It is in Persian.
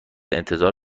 انتظار